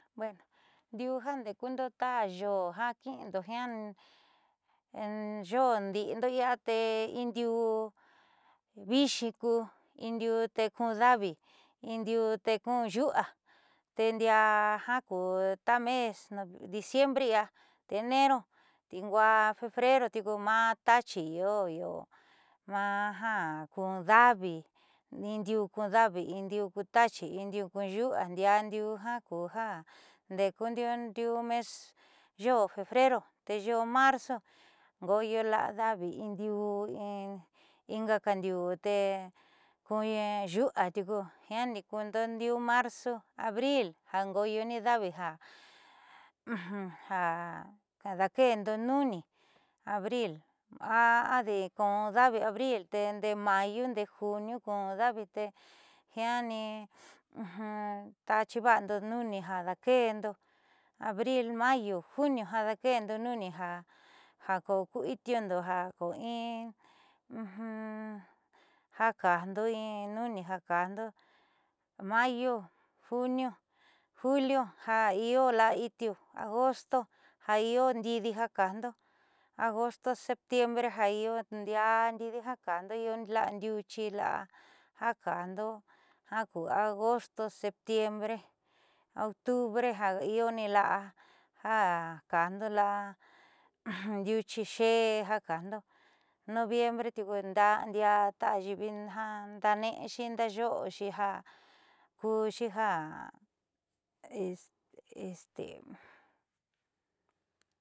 Bueno ndiuu jaandeekundo ta yoo ja ki'ido jiaa yoo ndi'indo tee in diuu vixi ku in diuu te kun davi in diuu te kun yu'ua tee ndiaa ja ku taa mes diciembre ia enero, febrero tiuku maa taachi io io maa ja kun davi in diuu kun davi in diuu kun tachi in diuu kun yu'ua ndiaa ndiuu ja ku ja nde'eku diuu mes febrero te yoo marzo ngo'oyo la'a davi indiuu in ingaka diuu te kun yu'ua tiuku jiaani kuundo yoo marzo abril jango'oyo ni davi ju daake'endo nuni abril adi kun davi abril tee ndee mayo ndee junio kun davi tee jiaani taachiiva'anda nuni ja daake'endo abril, mayo, junio jadaake'endo nuni ju ko ku itiundo ja ko in ja kaajndo in nuni ja kaajndo mayo, junio, julio ja io la'a itiu agosto ja io ndiidi ja kaajndo agosto, septiembre ja io ndiaa ndiidi ja kaajndo io la'a ndiuchi la'a ja kaajndo ja ku agosto, septiembre, octubre ja ioni la'a ja kaajndo la'a ndiuchi xe'e ja kaajndo noviembre tiuku ndiaa ta ayiivi ja ndaane'exi nda'ayo'oxi ja kuxi ja.